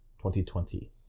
2020